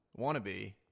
wannabe